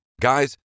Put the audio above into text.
Guys